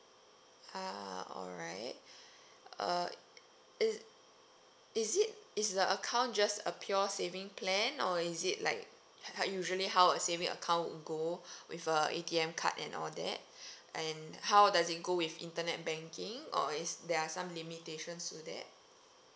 ah alright uh is is it is the account just a pure saving plan or is it like usually how a saving account would go with a A_T_M card and all that and how does it go with internet banking or is there are some limitations to that